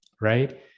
right